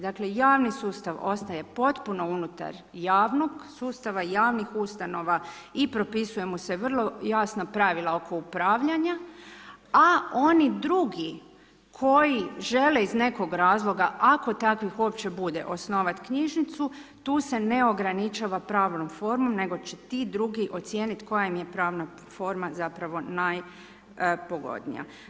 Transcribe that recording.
Dakle javni sustav ostaje potpuno unutar sustava javnih ustanova i propisuje mu se vrlo jasna pravila oko upravljanja, a oni drugi koji žele iz nekog razloga, ako takvih uopće bude, osnovati knjižnicu, tu se ne ograničava pravnu formu nego će ti drugi ocijeniti koja im je pravna forma zapravo najpogodnija.